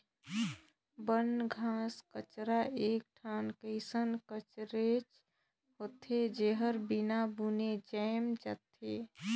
बन, घास कचरा एक ठन कइसन कचरेच होथे, जेहर बिना बुने जायम जाथे